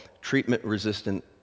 treatment-resistant